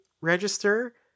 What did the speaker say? register